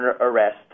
arrest